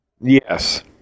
yes